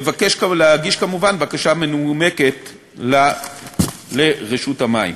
להגיש כמובן בקשה מנומקת לרשות המים.